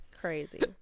Crazy